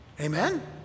Amen